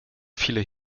viele